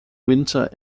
winter